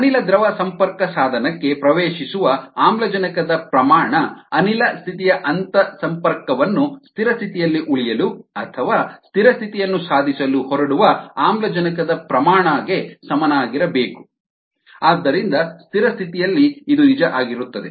ಅನಿಲ ದ್ರವ ಸಂಪರ್ಕಸಾಧನಕ್ಕೆ ಪ್ರವೇಶಿಸುವ ಆಮ್ಲಜನಕದ ಪ್ರಮಾಣ ಅನಿಲ ಸ್ಥಿತಿಯ ಅಂತರಸಂಪರ್ಕವನ್ನು ಸ್ಥಿರ ಸ್ಥಿತಿಯಲ್ಲಿ ಉಳಿಯಲು ಅಥವಾ ಸ್ಥಿರ ಸ್ಥಿತಿಯನ್ನು ಸಾಧಿಸಲು ಹೊರಡುವ ಆಮ್ಲಜನಕದ ಪ್ರಮಾಣ ಗೆ ಸಮನಾಗಿರಬೇಕು ಆದ್ದರಿಂದ ಸ್ಥಿರ ಸ್ಥಿತಿಯಲ್ಲಿ ಇದು ನಿಜ ಆಗಿರುತ್ತದೆ